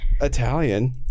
Italian